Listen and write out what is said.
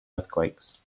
earthquakes